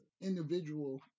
individual